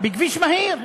בכביש מהיר,